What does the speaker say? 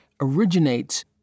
originates